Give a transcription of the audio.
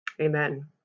Amen